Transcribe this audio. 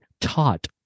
taught